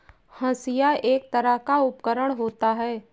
हंसिआ एक तरह का उपकरण होता है